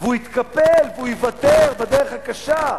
והוא יתקפל והוא יוותר, בדרך הקשה,